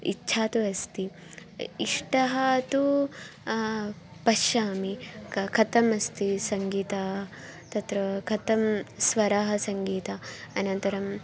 इच्छा तु अस्ति इष्टः तु पश्यामि कः कथमस्ति सङ्गीतं तत्र कथं स्वरः सङ्गीतम् अनन्तरम्